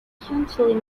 subsequently